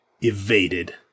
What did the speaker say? evaded